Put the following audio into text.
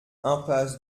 impasse